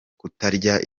kutarya